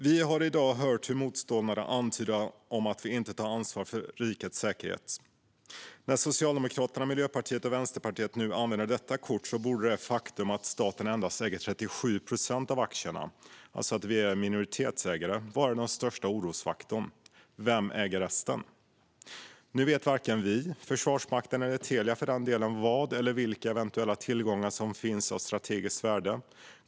Vi har i dag hört motståndarna antyda att vi inte tar ansvar för svensk säkerhetspolitik. När Socialdemokraterna, Miljöpartiet och Vänsterpartiet nu använder detta kort borde det faktum att staten endast äger endast 37 procent av aktierna - vi är alltså minoritetsägare - vara den största orosfaktorn. Vem äger resten? Nu vet varken vi, Försvarsmakten eller, för den delen, Telia vad eller vilka eventuella tillgångar som finns av strategiskt värde.